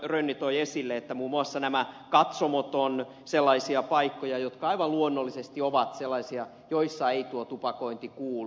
rönni toi esille että muun muassa nämä katsomot ovat sellaisia paikkoja jotka aivan luonnollisesti ovat sellaisia joihin ei tupakointi kuulu